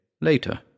later